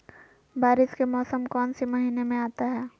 बारिस के मौसम कौन सी महीने में आता है?